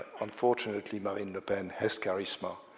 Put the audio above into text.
unfortunately, marine le pen has charisma.